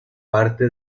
parte